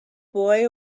boy